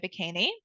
bikini